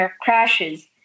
crashes